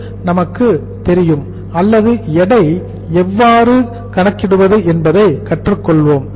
எனவே நமக்குத் தெரியும் அல்லது எடையை எவ்வாறு கணக்கிடுவது என்பதை கற்றுக் கொள்வோம்